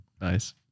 Nice